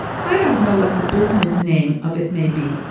i don't know what the business name of it may be,